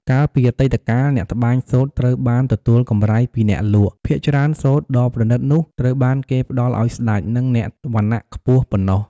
កាលពីអតីតកាល អ្នកត្បាញសូត្រត្រូវបានទទួលកម្រៃពីការលក់ ភាគច្រើនសូត្រដ៏ប្រណិតនោះត្រូវបានគេផ្ដល់ឲ្យស្តេច និងអ្នកវណ្ណៈខ្ពស់ប៉ុណ្ណោះ។